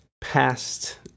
past